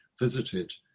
visited